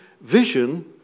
vision